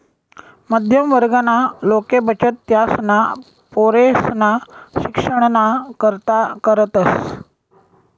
मध्यम वर्गना लोके बचत त्यासना पोरेसना शिक्षणना करता करतस